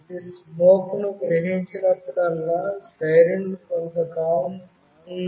ఇది స్మోక్ ను గ్రహించినప్పుడల్లా సైరన్ కొంతకాలం ఆన్ లో ఉంటుంది